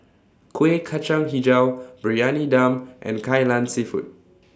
Kuih Kacang Hijau Briyani Dum and Kai Lan Seafood